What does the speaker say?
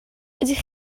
ydych